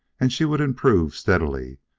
and she would improve steadily.